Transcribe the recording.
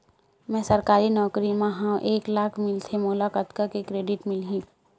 मैं सरकारी नौकरी मा हाव एक लाख मिलथे मोला कतका के क्रेडिट मिलही?